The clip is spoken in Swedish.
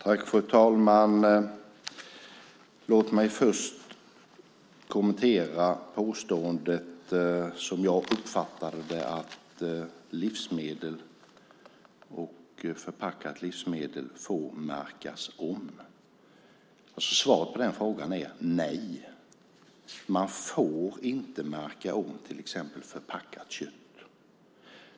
Fru talman! Låt mig först kommentera påståendet som jag uppfattade det, att livsmedel och förpackat livsmedel får märkas om. Svaret på den frågan är nej. Man får inte märka om till exempel förpackat kött.